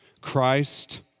Christ